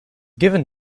given